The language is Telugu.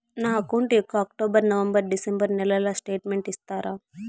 నా అకౌంట్ యొక్క అక్టోబర్, నవంబర్, డిసెంబరు నెలల స్టేట్మెంట్ ఇస్తారా?